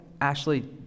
Ashley